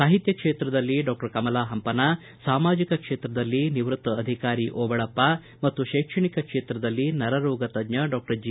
ಸಾಹಿತ್ಯ ಕ್ಷೇತ್ರದಲ್ಲಿ ಡಾಕ್ಟರ್ ಕಮಲಾ ಹಂಪನಾ ಸಾಮಾಜಿಕ ಕ್ಷೇತ್ರದಲ್ಲಿ ನಿವೃತ್ತ ಅಧಿಕಾರಿ ಓಬಳಪ್ಪ ಮತ್ತು ಶೈಕ್ಷಣಿಕ ಕ್ಷೇತ್ರದಲ್ಲಿ ನರ ರೋಗ ತಜ್ಞ ಡಾಕ್ಟರ್ ಜಿ